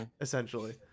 essentially